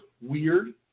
weird